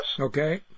Okay